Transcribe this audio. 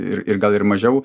ir ir gal ir mažiau